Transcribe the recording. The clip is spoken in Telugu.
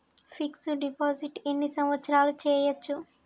ఫిక్స్ డ్ డిపాజిట్ ఎన్ని సంవత్సరాలు చేయచ్చు?